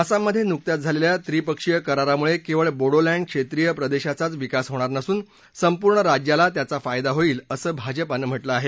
आसाममध्ये नुकत्याच झालेल्या त्रिपक्षीय करारामुळे केवळ बोडोलँड क्षेत्रीय प्रदेशाचाच विकास होणार नसून संपूर्ण राज्याला त्याचा फायदा होईल असं भाजपानं म्हटलं आहे